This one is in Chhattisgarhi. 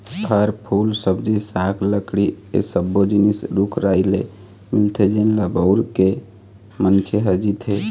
फर, फूल, सब्जी साग, लकड़ी ए सब्बो जिनिस रूख राई ले मिलथे जेन ल बउर के मनखे ह जीथे